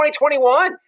2021